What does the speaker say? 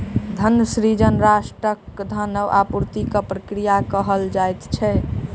धन सृजन राष्ट्रक धन आपूर्ति के प्रक्रिया के कहल जाइत अछि